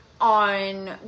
on